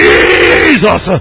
Jesus